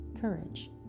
courage